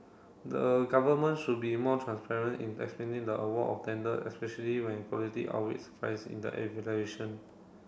the government should be more transparent in explaining the award of tender especially when quality outweighs price in the